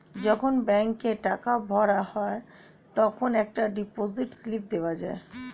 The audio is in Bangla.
যখন ব্যাংকে টাকা ভরা হয় তখন একটা ডিপোজিট স্লিপ দেওয়া যায়